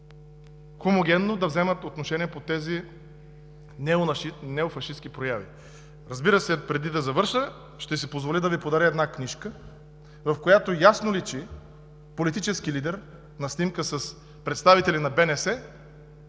хомогенно да вземат отношение по тези неофашистки прояви. Разбира се, преди да завърша, ще си позволя да Ви подаря една книжка, в която ясно личи политически лидер на снимка с представители на БНС,